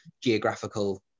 geographical